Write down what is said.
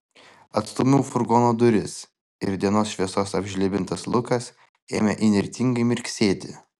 atstūmiau furgono duris ir dienos šviesos apžlibintas lukas ėmė įnirtingai mirksėti